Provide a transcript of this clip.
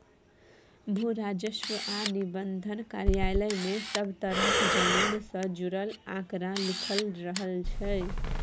भू राजस्व आ निबंधन कार्यालय मे सब तरहक जमीन सँ जुड़ल आंकड़ा लिखल रहइ छै